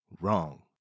wrong